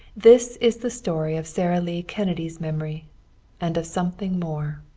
this is the story of sara lee kennedy's memory and of something more.